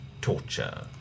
torture